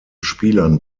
spielern